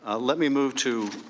ah let me move to